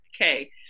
Okay